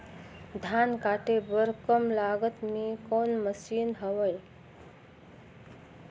धान काटे बर कम लागत मे कौन मशीन हवय?